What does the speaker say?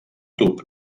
tub